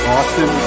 Austin